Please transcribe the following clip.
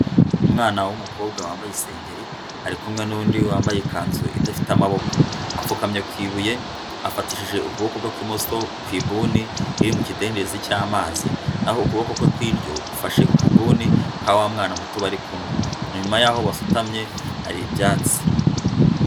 Umwana w'umukobwa wambaye isengeri ari kumwe n'undi wambaye ikanzu idafite amaboko, apfukamye ku ibuye afatishije ukuboko kwe kw'imosoko ku ibuni iri mu kidendezi cy'amazi. Naho ukuboko kwe kw'indyo gufashe ku kabuni ka wa mwana muto bari kumwe. Na nyuma yaho basutamye hari ibyatsi.